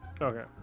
okay